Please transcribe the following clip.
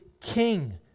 king